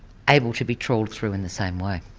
able to be trawled through in the same way.